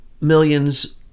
millions